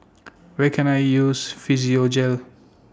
Where Can I use Physiogel For